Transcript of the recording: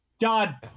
God